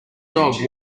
dog